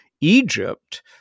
Egypt